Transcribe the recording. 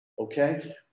Okay